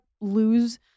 lose